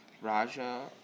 Raja